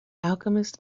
alchemist